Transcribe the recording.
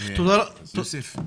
יוסף,